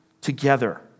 Together